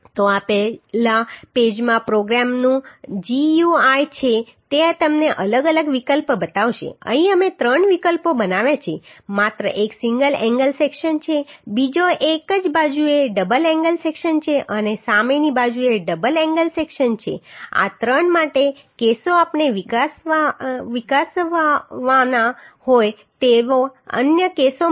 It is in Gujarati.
તો આ પહેલા પેજમાં પ્રોગ્રામનું GUI છે તે તમને અલગ અલગ વિકલ્પ બતાવશે અહીં અમે ત્રણ વિકલ્પો બનાવ્યા છે માત્ર એક સિંગલ એંગલ સેક્શન છે બીજો એક જ બાજુએ ડબલ એંગલ સેક્શન છે અને સામેની બાજુએ ડબલ એંગલ સેક્શન છે આ ત્રણ માટે કેસો આપણે વિકસાવવાના હોય તેવા અન્ય કેસો માટે અમે પ્રોગ્રામ વિકસાવ્યો છે